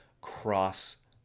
cross